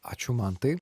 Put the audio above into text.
ačiū mantai